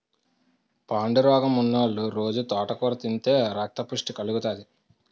పాండురోగమున్నోలు రొజూ తోటకూర తింతే రక్తపుష్టి కలుగుతాది